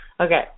Okay